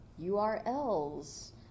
URLs